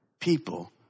people